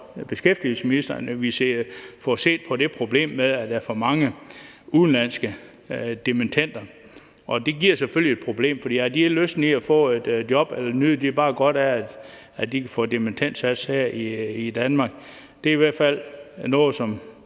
beskæftigelsesministeren til at få set på det problem med, at der er for mange udenlandske dimittender, for det giver selvfølgelig et problem: Har de lyst til at få et job, eller nyder de bare godt af, at de kan få dimittendsats her i Danmark? Det er i hvert fald noget, som